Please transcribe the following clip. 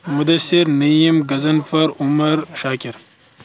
Mudassir Naeem Ghazanfar Umar Shakir